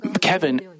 Kevin